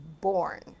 born